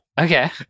Okay